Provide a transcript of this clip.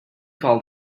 call